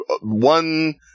one